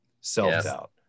Self-doubt